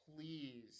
please